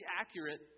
accurate